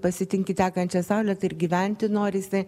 pasitinki tekančią saulę tai ir gyventi norisi